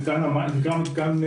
מתקן מים,